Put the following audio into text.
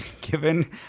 given